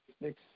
next